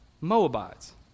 Moabites